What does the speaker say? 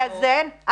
ולאזן,